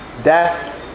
death